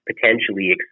potentially